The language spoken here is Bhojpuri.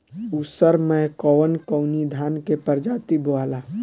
उसर मै कवन कवनि धान के प्रजाति बोआला?